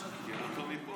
אני מכיר אותו מפה.